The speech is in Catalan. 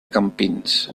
campins